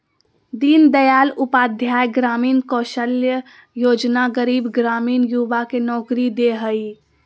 दीन दयाल उपाध्याय ग्रामीण कौशल्य योजना गरीब ग्रामीण युवा के नौकरी दे हइ